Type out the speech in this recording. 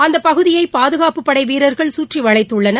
அந்த பகுதியை பாதுகாப்பு படைவீரர்கள் சுற்றி வளைத்துள்ளார்கள்